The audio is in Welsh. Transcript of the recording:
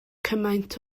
cymaint